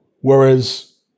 Whereas